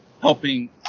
helping